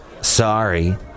sorry